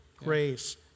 grace